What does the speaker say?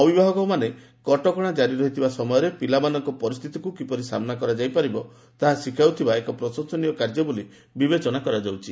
ଅଭିଭାବକମାନେ କଟକଣା ଜାରି ରହିଥିବା ସମୟରେ ପିଲାମାନଙ୍କୁ ପରିସ୍ଥିତିକୁ କିପରି ସାମ୍ନା କରାଯାଇପାରିବ ତାହା ଶିଖାଉଥିବା ଏକ ପ୍ରଶଂସନୀୟ କାର୍ଯ୍ୟ ବୋଲି ବିବେଚନା କରାଯାଉଛି